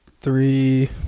three